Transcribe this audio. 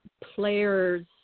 players